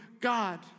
God